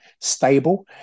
stable